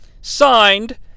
Signed